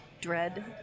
Dread